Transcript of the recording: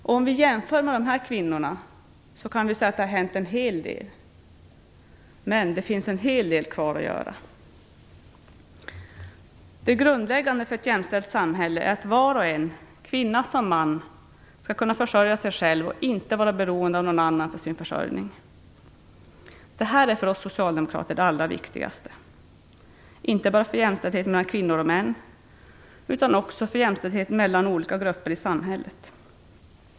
Om vi jämför dagens kvinnor med de här kvinnorna kan vi säga att det har hänt en hel del. Men det finns också en hel del kvar att göra. Det grundläggande för ett jämställt samhälle är att var och en, kvinna som man, skall kunna försörja sig själv och inte vara beroende av någon annan för sin försörjning. Det här är för oss socialdemokrater det allra viktigaste, inte bara för jämställdheten mellan kvinnor och män, utan också för jämställdheten mellan olika grupper i samhället.